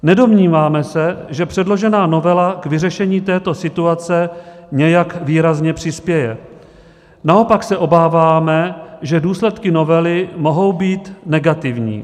Nedomníváme se, že předložená novela k vyřešení této situace nějak výrazně přispěje, naopak se obáváme, že důsledky novely mohou být negativní.